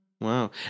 Wow